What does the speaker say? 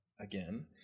again